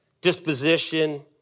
disposition